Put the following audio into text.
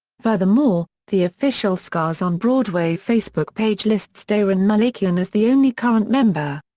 furthermore, the official scars on broadway facebook page lists daron malakian as the only current member.